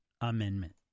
Amendment